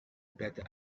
better